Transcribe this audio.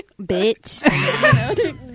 bitch